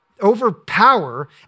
overpower